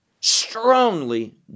strongly